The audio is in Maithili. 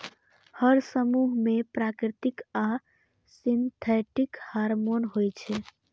हर समूह मे प्राकृतिक आ सिंथेटिक हार्मोन होइ छै